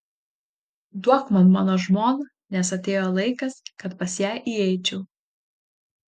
duok man mano žmoną nes atėjo laikas kad pas ją įeičiau